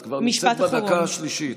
את כבר נמצאת בדקה השלישית.